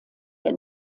der